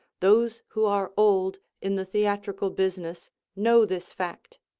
those who are old in the theatrical business know this fact.